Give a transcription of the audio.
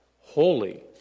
holy